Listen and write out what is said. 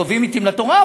קרובים לתורה,